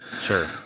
sure